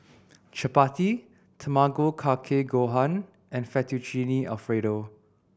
Chapati Tamago Kake Gohan and Fettuccine Alfredo